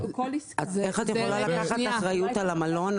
איך את יכולה לקחת אחריות על המלון,